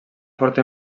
forta